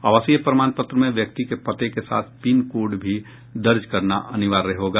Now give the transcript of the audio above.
आवासीय प्रमाण पत्र में व्यक्ति के पते के साथ पिन कोड भी दर्ज करना अनिवार्य होगा